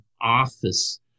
office